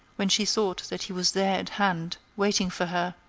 when she thought that he was there at hand, waiting for her,